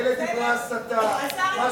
זו הסתה, אדוני.